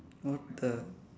what the